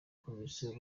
komisiyo